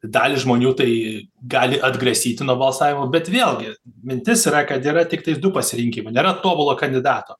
dalį žmonių tai gali atgrasyti nuo balsavimo bet vėlgi mintis yra kad yra tiktai du pasirinkimai nėra tobulo kandidato